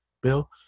bill